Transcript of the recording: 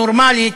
הנורמלית,